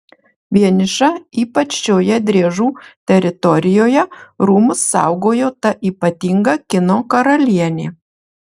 vieniša ypač šioje driežų teritorijoje rūmus saugojo ta ypatinga kino karalienė